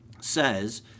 says